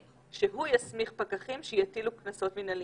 שהוא יסמיך פקחים שיטילו קנסות מנהליים.